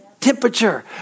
Temperature